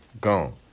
gone